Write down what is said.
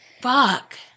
Fuck